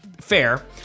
fair